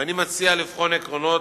ואני מציע לבחון עקרונות.